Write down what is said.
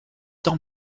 dans